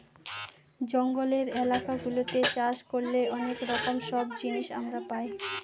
জঙ্গলের এলাকা গুলাতে চাষ করলে অনেক রকম সব জিনিস আমরা পাই